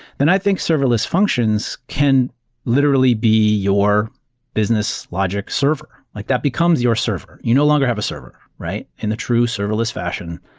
then i think serverless functions can literally be your business logic server. like that becomes your server. you no longer have a server, right? in a true serverless fashion,